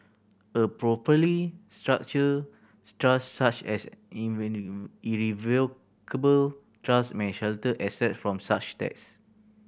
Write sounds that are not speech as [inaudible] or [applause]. a properly structured [unintelligible] such as a [unintelligible] irrevocable trust may shelter assets from such tax